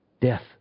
death